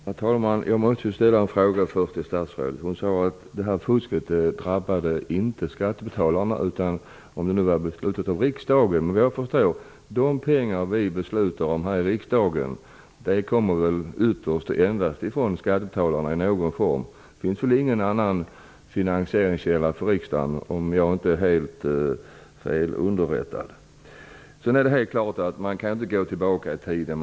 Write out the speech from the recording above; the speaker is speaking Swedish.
Herr talman! Jag måste först ställa en fråga till statsrådet. Hon sade att det här fusket inte drabbar skattebetalarna, även om det är riksdagen som har fattat beslut om bidragen. Men efter vad jag förstår kommer de pengar som vi fattar beslut om här i riksdagen ytterst och endast från skattebetalarna genom någon form av skatter. Om jag inte är helt felunderrättad finns det ingen annan finansieringskälla för riksdagen. Det är helt klart att man inte kan gå tillbaka i tiden.